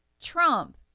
Trump